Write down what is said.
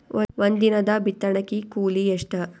ಒಂದಿನದ ಬಿತ್ತಣಕಿ ಕೂಲಿ ಎಷ್ಟ?